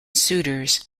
suitors